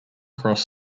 cross